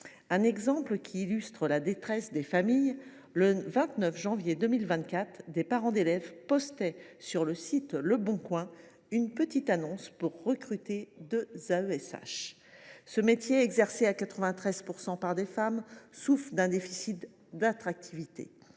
Un exemple illustre la détresse des familles : le 29 janvier 2024, des parents d’élèves postaient sur le site une petite annonce pour recruter deux AESH. Ce métier, exercé à 93 % par des femmes, souffre d’un déficit d’attractivité.